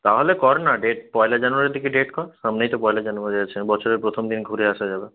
তাহলে কর না ডেট পয়লা জানুয়ারির দিকে ডেট কর সামনেই তো পয়লা জানুয়ারি আছে বছরের প্রথম দিন ঘুরে আসা যাবে